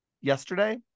yesterday